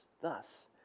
Thus